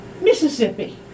Mississippi